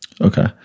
Okay